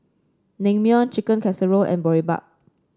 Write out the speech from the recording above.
Naengmyeon Chicken Casserole and Boribap